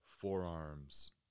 forearms